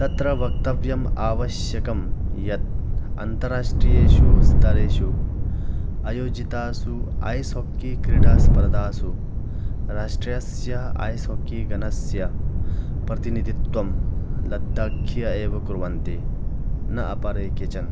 तत्र वक्तव्यम् आवश्यकं यत् अन्तर्राष्ट्रियेषु स्तरेषु आयोजितासु ऐस् हाक्की क्रीडास्पर्दासु राष्ट्रयस्य ऐस् हाक्की गनस्य प्रतिनिधित्वं लद्दाख्खियः एव कुर्वन्ति न अपरे केचन